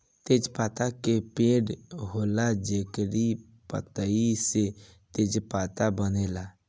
तेजपात के पेड़ होला जेकरी पतइ से तेजपात बनेला